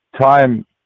time